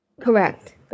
Correct